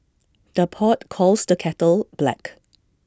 the pot calls the kettle black